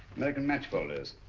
american match folders.